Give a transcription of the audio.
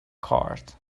card